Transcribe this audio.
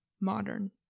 modern